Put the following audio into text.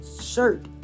shirt